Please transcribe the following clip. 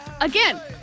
again